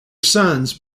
sons